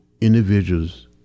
individuals